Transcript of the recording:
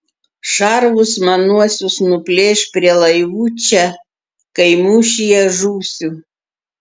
šarvus manuosius nuplėš prie laivų čia kai mūšyje žūsiu